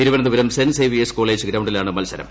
തിരുവനന്തപുരം സെന്റ് Xavier's College ഗ്രൌണ്ടിലാണ് മത്സരം